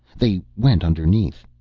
they went underneath.